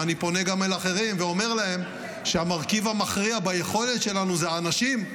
ואני פונה גם לאחרים ואומר להם שהמרכיב המכריע ביכולת שלנו הוא האנשים.